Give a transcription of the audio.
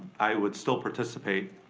i would still participate.